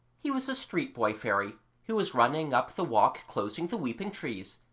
he was a street boy fairy who was running up the walk closing the weeping trees.